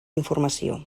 informació